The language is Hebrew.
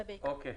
זה בעיקר.